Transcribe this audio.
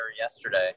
yesterday